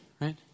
right